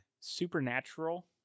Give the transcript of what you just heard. Supernatural